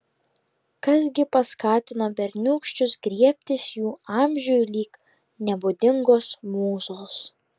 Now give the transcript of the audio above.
kas gi paskatino berniūkščius griebtis jų amžiui lyg ir nebūdingos mūzos